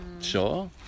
sure